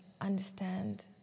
understand